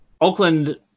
Oakland